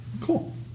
Cool